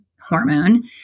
hormone